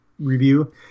review